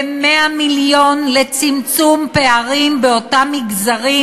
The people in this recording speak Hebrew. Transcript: ו-100 מיליון לצמצום פערים באותם מגזרים